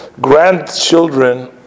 grandchildren